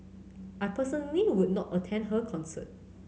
I personally would not attend her concert